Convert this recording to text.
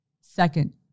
Second